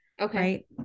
Okay